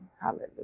Hallelujah